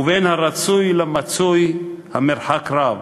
ובין הרצוי למצוי המרחק רב.